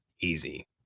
easy